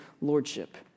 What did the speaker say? lordship